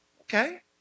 okay